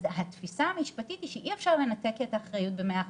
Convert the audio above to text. אז התפיסה המשפטית שאי אפשר לנתק את האחריות במאה אחוז,